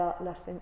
las